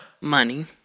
money